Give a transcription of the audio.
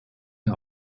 der